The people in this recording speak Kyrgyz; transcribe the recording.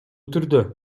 түрдө